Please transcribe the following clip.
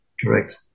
Correct